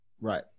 Right